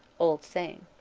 old saying.